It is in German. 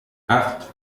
acht